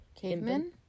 cavemen